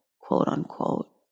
quote-unquote